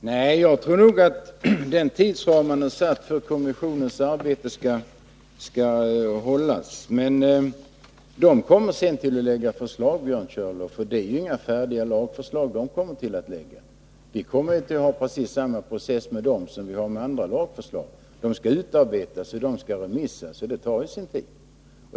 Herr talman! Nej, jag tror nog att den tidsram som är satt för kommissionens arbete skall hållas. Kommissionen kommer sedan att framlägga ett förslag, men det är inget färdigt lagförslag. Liksom i liknande fall skall ett lagförslag utarbetas och remissbehandlas, vilket tar sin tid.